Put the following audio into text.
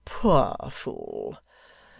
poor fool!